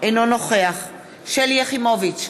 אינו נוכח שלי יחימוביץ,